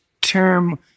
term